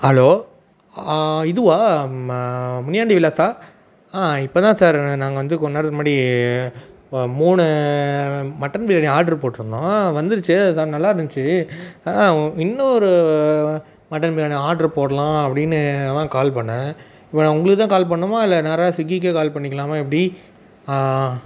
hello இதுவா மா முனியாண்டி விலாஸா ஆ இப்போ தான் சார் நாங்கள் வந்து கொஞ்சம் நேரத்துக்கு முன்னாடி மூணு மட்டன் பிரியாணி ஆர்டரு போட்டிருந்தோம் வந்துருச்சு நல்லா இருந்துச்சு இன்னொரு மட்டன் பிரியாணி ஆர்டரு போடலாம் அப்படின்னு அதுதான் கால் பண்ணிணேன் இப்போ நான் உங்களுக்கு தான் கால் பண்ணணுமா இல்லை நேரா ஸ்விக்கிக்கே கால் பண்ணிக்கலாமா எப்படி